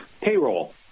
payroll